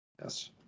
Yes